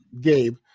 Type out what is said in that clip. Gabe